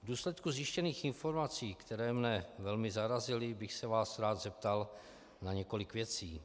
V důsledku zjištěných informací, které mě velmi zarazily, bych se vás rád zeptal na několik věcí.